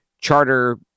charter